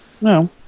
No